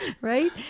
right